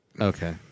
Okay